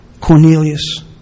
Cornelius